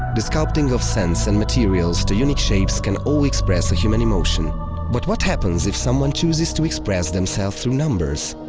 the sculpting of scents and materials to unique shapes can all express a human emotion. but what happens if someone chooses to express themselves through numbers?